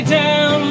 down